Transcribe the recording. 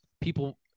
people